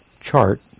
chart